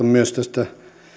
myös tästä